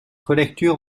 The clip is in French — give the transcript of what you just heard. relecture